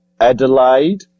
Adelaide